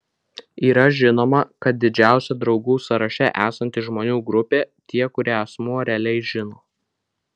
yra žinoma kad didžiausia draugų sąraše esanti žmonių grupė tie kurią asmuo realiai žino